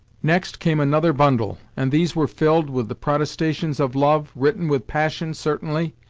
next came another bundle, and these were filled with the protestations of love, written with passion certainly,